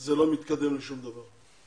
זה לא מתקדם לשום דבר.